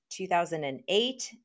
2008